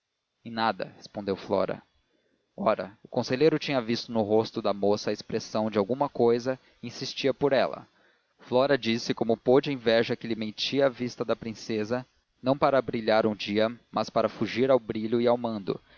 em nada respondeu flora ora o conselheiro tinha visto no rosto da moça a expressão de alguma cousa e insistia por ela flora disse como pôde a inveja que lhe metia a vista da princesa não para brilhar um dia mas para fugir ao brilho e ao mando